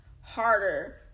harder